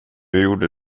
gjorde